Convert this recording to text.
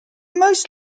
most